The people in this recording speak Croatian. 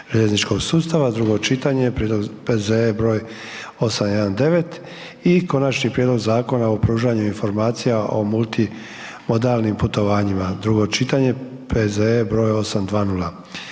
željezničkog sustava, drugo čitanje, P.Z. 819. i - Konačni prijedlog Zakona o pružanju informacija o multimodalnim putovanjima, drugo čitanje, P.Z. br. 820.